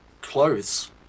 Clothes